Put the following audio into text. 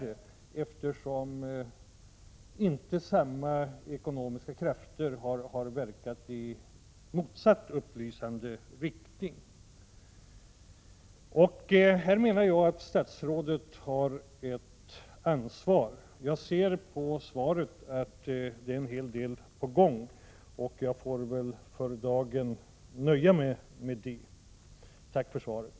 Eftersom inga andra ekonomiska krafter har verkat i motsatt upplysande riktning har många fått uppfattningen att det här budskapet är korrekt. Här menar jag att statsrådet har ett ansvar. Jag ser i statsrådets svar att det är en del på gång. Jag får för dagen nöja mig med detta. Tack för svaret.